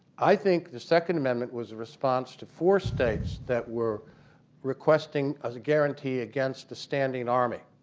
i think the second amendment was a response to four states that were requesting a guarantee against the standing army